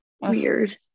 weird